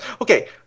okay